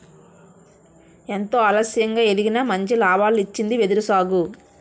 ఎంతో ఆలస్యంగా ఎదిగినా మంచి లాభాల్నిచ్చింది వెదురు సాగు